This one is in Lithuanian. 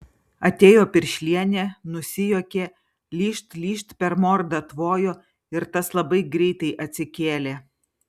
atėjo piršlienė nusijuokė lyžt lyžt per mordą tvojo ir tas labai greitai atsikėlė